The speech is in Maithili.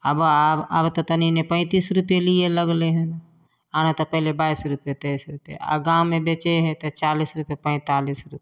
अब आब आब तऽ तनी एन्ने पैंतीस रुपैये लिए लगलै हँ आ नहि तऽ पहिले बाइस रूपये तैस रूपये आ गाममे बेचै है तऽ चालीस रूपये पैंतालीस रूपये